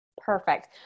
Perfect